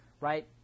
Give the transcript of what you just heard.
right